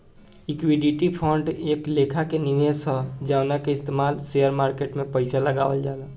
equity fund एक लेखा के निवेश ह जवना के इस्तमाल शेयर मार्केट में पइसा लगावल जाला